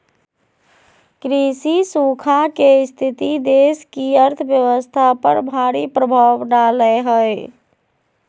कृषि सूखा के स्थिति देश की अर्थव्यवस्था पर भारी प्रभाव डालेय हइ